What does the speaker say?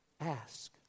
Ask